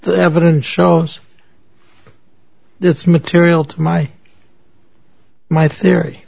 the evidence shows this material to my my theory